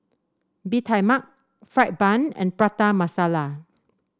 Bee Tai Mak fried bun and Prata Masala